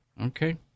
okay